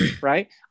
Right